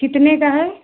कितने का है